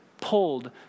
pulled